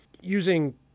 using